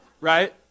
right